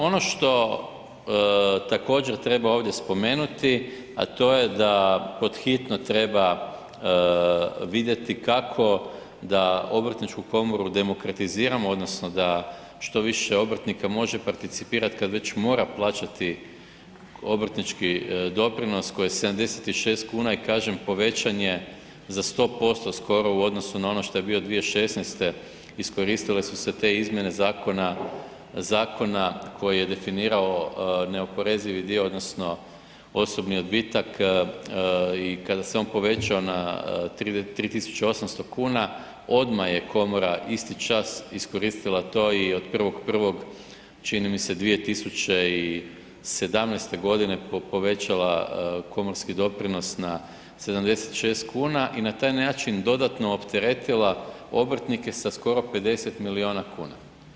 Ono što također treba ovdje spomenuti, a to je da pod hitno treba vidjeti kako da obrtničku komoru demokratiziramo odnosno da što više obrtnika može participirati kad već mora plaćati obrtnički doprinos koji je 76 kuna i kažem povećan je za 100% skoro u odnosnu na ono što je bio 2016., iskoristile su se te izmjene zakona, zakona koji je definirao neoporezivi dio odnosno osobni odbitak i kada se on povećao na 3.800 kuna odmah je komora isti čas iskoristila to i od 1.1. čini mi se 2017. godine povećala komorski doprinos na 76 kuna i na taj način dodatno opteretila obrtnike sa skoro 50 miliona kuna.